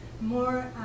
more